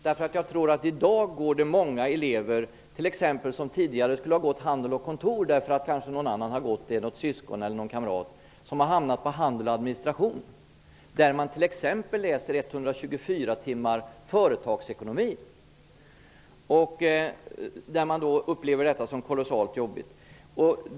Jag tror nämligen att det i dag kan finnas elever som t.ex. tidigare skulle ha valt linjen Handel och kontor, därför att något syskon eller kamrat kanske har gått där, men som nu har hamnat på Handel och administration, där man t.ex. läser 124 timmar företagsekonomi. Detta kan upplevas som kolossalt jobbigt.